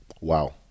Wow